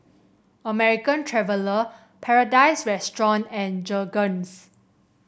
American Traveller Paradise Restaurant and Jergens